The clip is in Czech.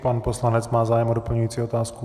Pan poslanec má zájem o doplňující otázku.